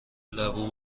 لبو